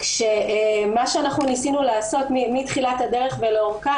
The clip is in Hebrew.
כשמה שאנחנו ניסינו לעשות מתחילת הדרך ולאורכה